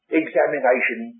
examination